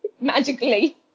magically